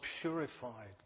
purified